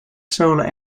solar